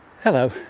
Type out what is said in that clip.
Hello